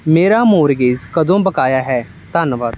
ਮੇਰਾ ਮੌਰਗੇਜ਼ ਕਦੋਂ ਬਕਾਇਆ ਹੈ ਧੰਨਵਾਦ